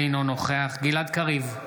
אינו נוכח גלעד קריב,